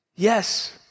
Yes